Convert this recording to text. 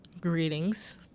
greetings